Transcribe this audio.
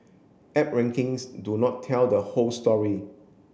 app rankings do not tell the whole story